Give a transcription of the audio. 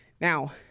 Now